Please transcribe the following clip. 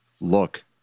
look